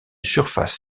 surface